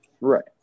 Right